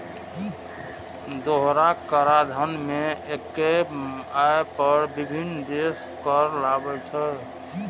दोहरा कराधान मे एक्के आय पर विभिन्न देश कर लगाबै छै